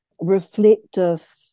reflective